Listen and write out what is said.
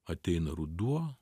ateina ruduo